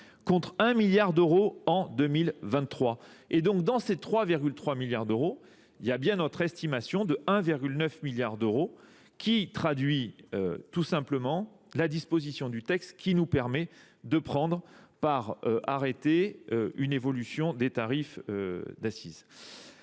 contre 1 milliard d'euros en 2023. Et donc dans ces 3,3 milliards d'euros, il y a bien notre estimation de 1,9 milliard d'euros qui traduit tout simplement la disposition du texte qui nous permet de prendre par arrêter une évolution des tarifs d'assises.